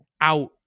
out